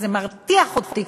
וזה מרתיח אותי,